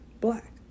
black